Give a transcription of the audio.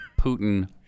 Putin